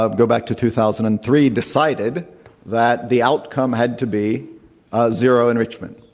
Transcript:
ah go back to two thousand and three, de cided that the outcome had to be zero enrichment.